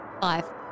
Five